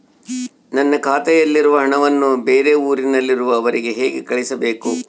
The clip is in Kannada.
ನನ್ನ ಖಾತೆಯಲ್ಲಿರುವ ಹಣವನ್ನು ಬೇರೆ ಊರಿನಲ್ಲಿರುವ ಅವರಿಗೆ ಹೇಗೆ ಕಳಿಸಬೇಕು?